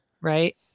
Right